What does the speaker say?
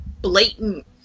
blatant